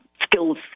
skills